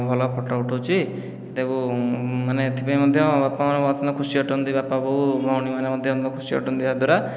ଭଲ ଫଟୋ ଉଠାଉଛି ତାକୁ ମାନେ ଏଥି ପାଇଁ ମଧ୍ୟ ବାପା ମା' ଖୁସି ଅଟନ୍ତି ବାପା ବୋଉ ଭଉଣୀମାନେ ମଧ୍ୟ ଖୁସି ଅଟନ୍ତି ଏହା ଦ୍ୱାରା